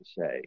say